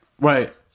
right